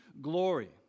glory